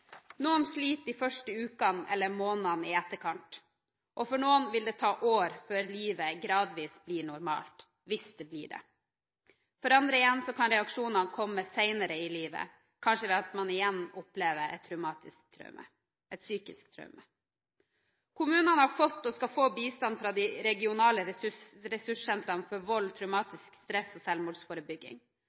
Noen sliter de første ukene eller månedene i etterkant, og for noen vil det ta år før livet gradvis blir normalt – hvis det blir det. For andre igjen kan reaksjonene komme senere i livet – kanskje ved at man igjen opplever et psykisk traume. Kommunene har fått og skal få bistand fra de regionale ressurssentrene for vold, traumatisk stress og selvmordsforebygging.